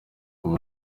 ubu